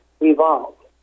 evolved